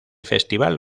festival